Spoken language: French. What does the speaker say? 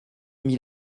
mille